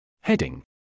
Heading